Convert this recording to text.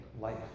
life